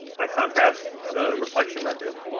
by contrast, the reflection method